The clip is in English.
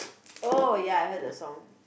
oh ya I heard the song